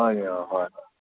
হয়নি অ হয় হয়